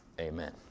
Amen